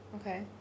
Okay